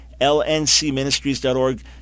Lncministries.org